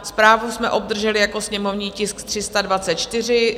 Zprávu jsme obdrželi jako sněmovní tisk 324.